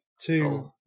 two